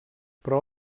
però